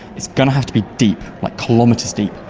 it's going to have to be deep, like kilometres deep.